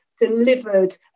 delivered